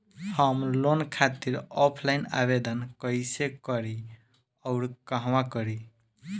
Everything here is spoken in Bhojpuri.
हम लोन खातिर ऑफलाइन आवेदन कइसे करि अउर कहवा करी?